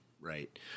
Right